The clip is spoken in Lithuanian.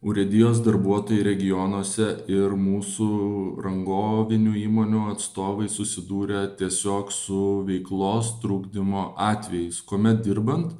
urėdijos darbuotojai regionuose ir mūsų rangovinių įmonių atstovai susidūrė tiesiog su veiklos trukdymo atvejais kuomet dirbant